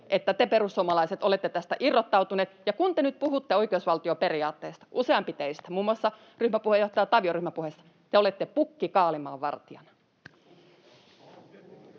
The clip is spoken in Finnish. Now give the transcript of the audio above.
että te, perussuomalaiset, olette tästä irrottautuneet. Ja kun te nyt puhutte oikeusvaltioperiaatteesta, useampi teistä, muun muassa ryhmäpuheenjohtaja Tavio ryhmäpuheessa, te olette pukki kaalimaan vartijana.